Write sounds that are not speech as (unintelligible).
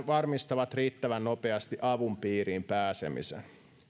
(unintelligible) varmistavat riittävän nopeasti avun piiriin pääsemisen